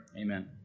Amen